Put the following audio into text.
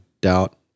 doubt